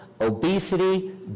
obesity